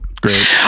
great